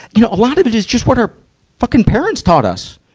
you know, a lot of it is just what our fucking parents taught us.